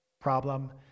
problem